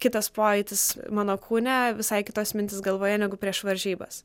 kitas pojūtis mano kūne visai kitos mintys galvoje negu prieš varžybas